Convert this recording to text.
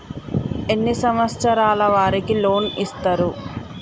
ఎన్ని సంవత్సరాల వారికి లోన్ ఇస్తరు?